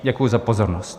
Děkuji za pozornost.